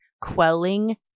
quelling